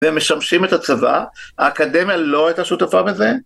ומשמשים את הצבא, האקדמיה לא הייתה שותפה בזה?